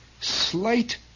slight